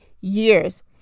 years